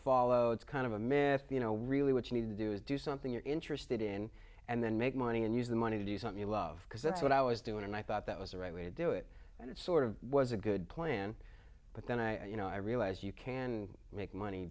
follow it's kind of a myth you know really what you need to do is do something you're interested in and then make money and use the money to do something you love because that's what i was doing and i thought that was the right way to do it and it sort of was a good plan but then i you know i realized you can make money